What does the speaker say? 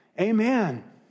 Amen